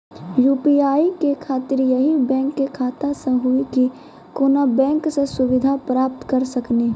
UPI के खातिर यही बैंक के खाता से हुई की कोनो बैंक से सुविधा प्राप्त करऽ सकनी?